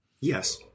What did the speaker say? Yes